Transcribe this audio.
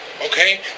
Okay